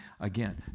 again